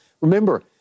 remember